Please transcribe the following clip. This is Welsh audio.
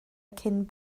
cyn